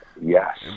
yes